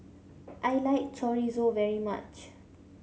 I like Chorizo very much